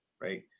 right